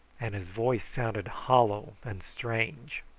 and his voice sounded hollow and strange.